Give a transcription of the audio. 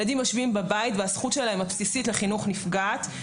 ילדים יושבים בבית והזכות הבסיסית שלהם לחינוך נפגעת.